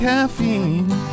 Caffeine